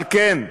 על כן,